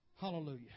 Hallelujah